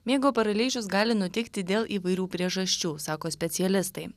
miego paralyžius gali nutikti dėl įvairių priežasčių sako specialistai